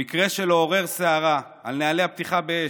המקרה שלו עורר סערה על נוהלי הפתיחה באש,